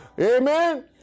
Amen